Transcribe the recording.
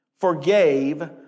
forgave